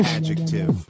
Adjective